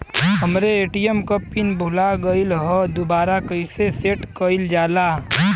हमरे ए.टी.एम क पिन भूला गईलह दुबारा कईसे सेट कइलजाला?